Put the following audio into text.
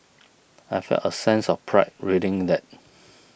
I felt a sense of pride reading that